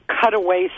cutaway